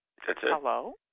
Hello